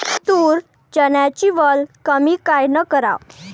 तूर, चन्याची वल कमी कायनं कराव?